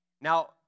Now